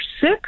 sick